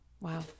Wow